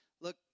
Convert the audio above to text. look